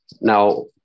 Now